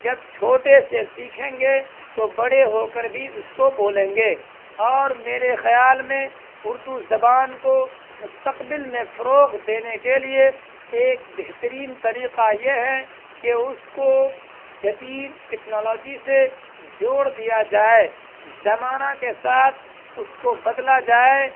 جب چھوٹے سے سیکھیں گے تو بڑے ہو کر بھی اس کو بولیں گے اور میرے خیال میں اردو زبان کو مستقبل میں فروغ دینے کے لیے ایک بہترین طریقہ یہ ہے کہ اس کو جدید ٹیکنالوجی سے جوڑ دیا جائے زمانہ کے ساتھ اس کو بدلا جائے